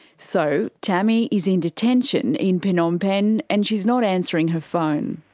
so tammy is in detention in phnom penh and she's not answering her phone.